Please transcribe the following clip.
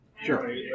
Sure